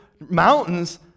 mountains